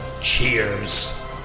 Cheers